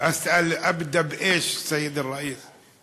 האם באמת צריך לכפות מתן ויטמין K,